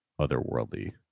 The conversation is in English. otherworldly